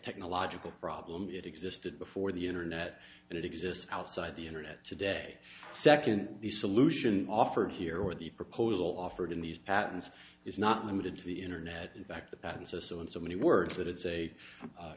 technological problem it existed before the internet and it exists outside the internet today second the solution offered here or the proposal offered in these patents is not limited to the internet in fact the patents are so in so many words that it's a